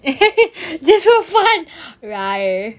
that's so fun